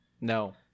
No